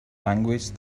language